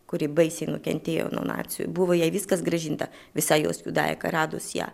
kuri baisiai nukentėjo nuo nacių buvo jai viskas grąžinta visa jos judaika radus ją